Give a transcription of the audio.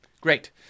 Great